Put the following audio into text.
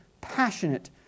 passionate